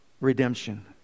redemption